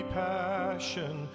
passion